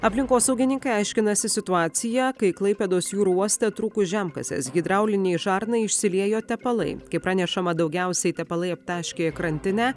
aplinkosaugininkai aiškinasi situaciją kai klaipėdos jūrų uoste trūkus žemkasės hidraulinei žarnai išsiliejo tepalai kaip pranešama daugiausiai tepalai aptaškė krantinę